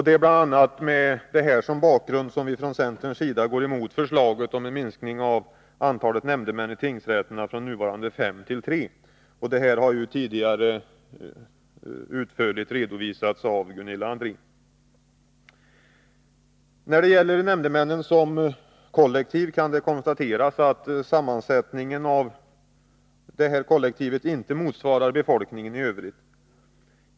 Det är bl.a. med detta som bakgrund som vi från centerns sida går emot förslaget om en minskning av antalet nämndemän i tingsrätterna från nuvarande fem till tre. Detta har tidigare utförligt redovisats av Gunilla André. När det gäller nämndemännen som kollektiv kan det konstateras att sammansättningen av detta inte motsvarar befolkningen i övrigt.